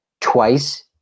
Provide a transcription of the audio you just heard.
twice